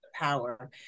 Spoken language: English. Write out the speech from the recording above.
power